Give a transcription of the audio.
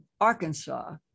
Arkansas